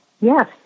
Yes